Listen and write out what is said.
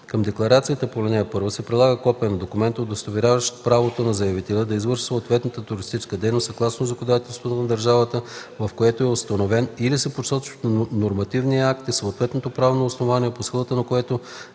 Към декларацията по ал. 1 се прилага копие на документа, удостоверяващ правото на заявителя да извършва съответната туристическа дейност съгласно законодателството на държавата, в която е установен, или се посочват нормативният акт и съответното правно основание, по силата на което